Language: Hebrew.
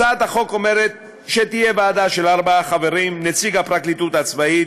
הצעת החוק אומרת שתהיה ועדה של ארבעה חברים: נציג הפרקליטות הצבאית,